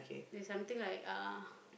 is something like uh